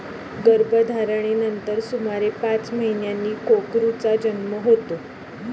गर्भधारणेनंतर सुमारे पाच महिन्यांनी कोकरूचा जन्म होतो